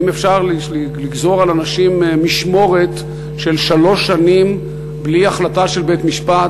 האם אפשר לגזור על אנשים משמורת של שלוש שנים בלי החלטה של בית-משפט,